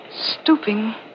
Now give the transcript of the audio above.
stooping